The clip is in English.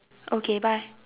okay bye